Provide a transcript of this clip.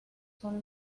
son